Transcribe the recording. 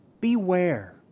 Beware